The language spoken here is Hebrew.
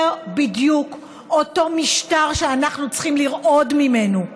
זה בדיוק אותו משטר שאנחנו צריכים לרעוד ממנו.